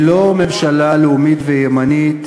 היא לא ממשלה לאומית וימנית,